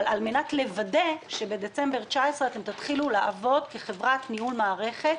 אבל על מנת לוודא שבדצמבר 2019 תתחילו לעבוד כחברת ניהול מערכת,